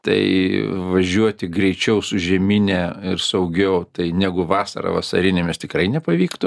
tai važiuoti greičiau su žiemine ir saugiau tai negu vasarą vasarinėmis tikrai nepavyktų